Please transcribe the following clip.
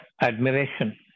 admiration